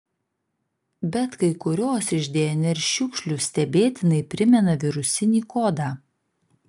bet kai kurios iš dnr šiukšlių stebėtinai primena virusinį kodą